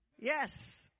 Yes